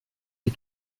die